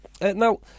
Now